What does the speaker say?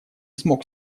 смог